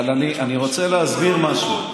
אבל אני רוצה להסביר משהו.